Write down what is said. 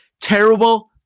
Terrible